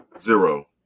Zero